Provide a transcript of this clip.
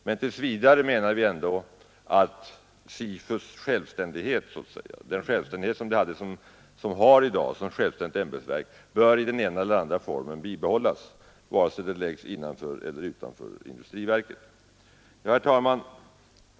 Men tills vidare menar vi ändå att den självständighet som SIFU har i dag som självständigt ämbetsverk bör i den ena eller andra formen bibehållas, vare sig det ligger innanför eller utanför industriverket. Herr talman!